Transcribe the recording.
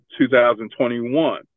2021